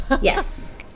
Yes